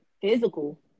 physical